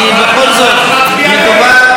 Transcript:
כי בכל זאת מדובר,